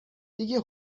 دیگه